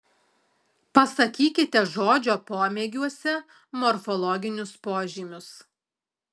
pasakykite žodžio pomėgiuose morfologinius požymius